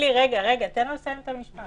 אלי, רגע, תן לו לסיים את המשפט.